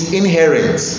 inherent